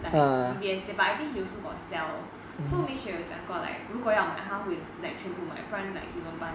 like D_B_S 是 but I think he also got sell so ming xue 有讲过 like 如果要买他会全部买不然 like he won't buy